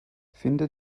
finde